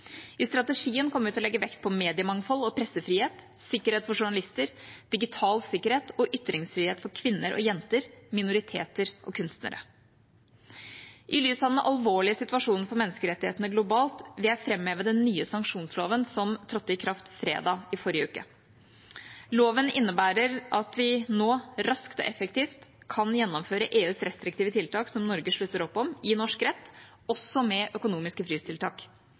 I strategien kommer vi til å legge vekt på både mediemangfold og pressefrihet, sikkerhet for journalister, digital sikkerhet og ytringsfrihet for kvinner og jenter, minoriteter og kunstnere. I lys av den alvorlige situasjonen for menneskerettighetene globalt vil jeg framheve den nye sanksjonsloven som trådte i kraft fredag i forrige uke. Loven innebærer at vi nå raskt og effektivt kan gjennomføre EUs restriktive tiltak som Norge slutter opp om, i norsk rett – også med økonomiske